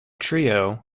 trio